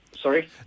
Sorry